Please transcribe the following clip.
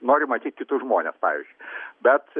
nori matyt kitus žmones pavyzdžiui bet